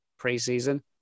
preseason